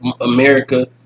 America